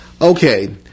Okay